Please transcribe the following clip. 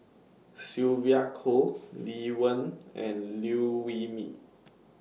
Sylvia Kho Lee Wen and Liew Wee Mee